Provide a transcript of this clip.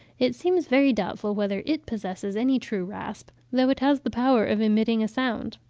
it seems very doubtful whether it possesses any true rasp, though it has the power of emitting a sound.